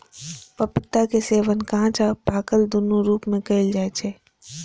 पपीता के सेवन कांच आ पाकल, दुनू रूप मे कैल जाइ छै